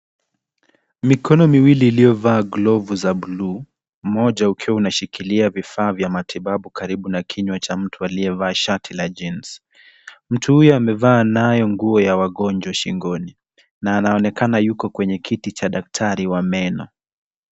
Mikono miwili iliyovaa glovu za buluu, mmoja ukiwa unashikilia vifaa vya matibabu karibu na kinywa cha mtu aliyevaa shati la jeans . Mtu huyo amevaa nayo nguo ya wagonjwa shingoni na anaonekana yuko kwenye kiti cha daktari wa meno.